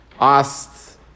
asked